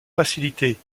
faciliter